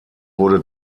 wurde